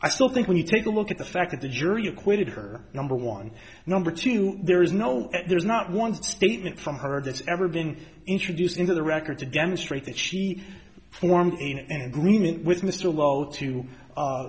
i still think when you take a look at the fact that the jury acquitted her number one number two there is no there's not one statement from her that's ever been introduced into the record to demonstrate that she formed and agreement with mr low to